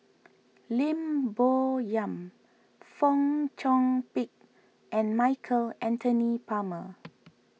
Lim Bo Yam Fong Chong Pik and Michael Anthony Palmer